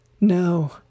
No